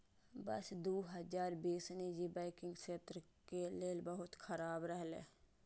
वर्ष दू हजार बीस निजी बैंकिंग क्षेत्र के लेल बहुत खराब रहलै